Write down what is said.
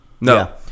No